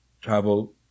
travel